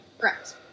Correct